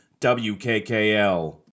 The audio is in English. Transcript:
WKKL